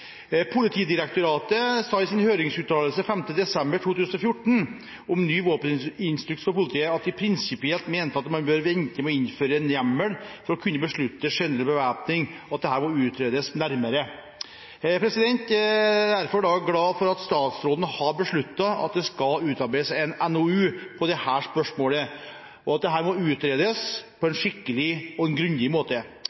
Politidirektoratet sa i sin høringsuttalelse 5. desember 2014 om ny våpeninstruks for politiet at de prinsipielt mente at man bør vente med å innføre en hjemmel for å kunne beslutte generell bevæpning, og at dette må utredes nærmere. Jeg er derfor glad for at statsråden har besluttet at det skal utarbeides en NOU om dette spørsmålet, og at dette må utredes på en skikkelig og grundig måte.